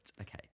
Okay